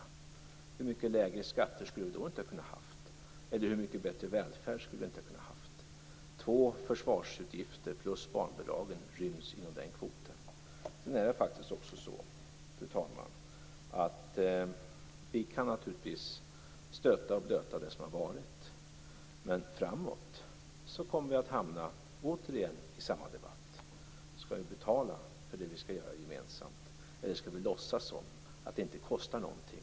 Hur mycket lägre skatter eller bättre välfärd skulle vi då inte kunnat ha haft! Två försvarsutgifter plus barnbidraget ryms inom den kvoten. Vi kan naturligtvis stöta och blöta det som har varit. Men vi kommer återigen att hamna i samma debatt framöver. Skall vi betala för det som vi skall göra gemensamt eller skall vi låtsas som att det inte kostar någonting?